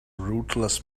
rootless